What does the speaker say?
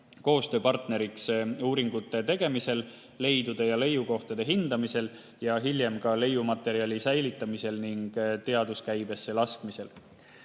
koostööpartneriks uuringute tegemisel, leidude ja leiukohtade hindamisel ning hiljem ka leiumaterjali säilitamisel ja teaduskäibesse laskmisel.